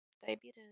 diabetes